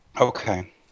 Okay